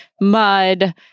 mud